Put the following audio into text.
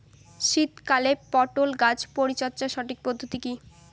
শীতকালে পটল গাছ পরিচর্যার সঠিক পদ্ধতি কী?